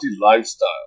lifestyle